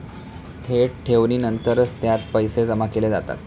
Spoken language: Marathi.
थेट ठेवीनंतरच त्यात पैसे जमा केले जातात